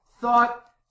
thought